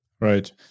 Right